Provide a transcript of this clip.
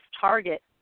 target